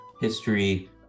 history